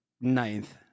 ninth